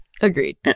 Agreed